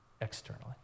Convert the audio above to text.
externally